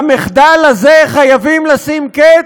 למחדל הזה חייבים לשים קץ,